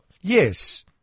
yes